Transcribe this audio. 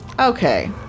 Okay